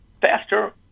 faster